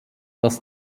dass